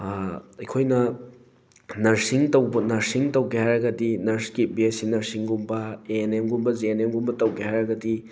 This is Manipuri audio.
ꯑꯩꯈꯣꯏꯅ ꯅꯔꯁꯤꯡ ꯇꯧꯕ ꯅꯔꯁꯤꯡ ꯇꯧꯒꯦ ꯍꯥꯏꯔꯒꯗꯤ ꯅꯔꯁꯀꯤ ꯕꯤ ꯑꯦ ꯁꯤ ꯅꯔꯁꯤꯡꯒꯨꯝꯕ ꯑꯦ ꯑꯦꯟ ꯅꯦꯝꯒꯨꯝꯕ ꯖꯦ ꯑꯦꯟ ꯅꯦꯝꯒꯨꯝꯕ ꯇꯧꯒꯦ ꯍꯥꯏꯔꯒꯗꯤ